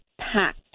packed